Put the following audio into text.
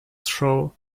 show